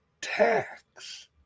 tax